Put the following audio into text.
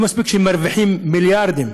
לא מספיק שמרוויחים מיליארדים